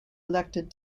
elected